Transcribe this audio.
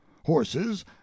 horses